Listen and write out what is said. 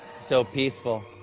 so peaceful,